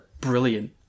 Brilliant